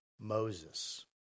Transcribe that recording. Moses